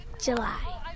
July